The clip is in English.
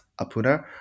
Apuna